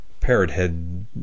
parrothead